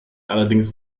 allerdings